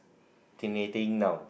~tinating now